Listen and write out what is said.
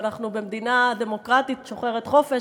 ואנחנו במדינה דמוקרטית שוחרת חופש,